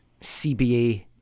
CBA